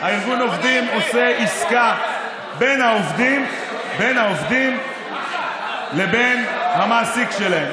ארגון העובדים עושה עסקה בין העובדים לבין המעסיק שלהם.